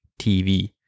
tv